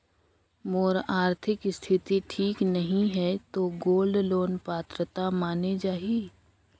मोर आरथिक स्थिति ठीक नहीं है तो गोल्ड लोन पात्रता माने जाहि?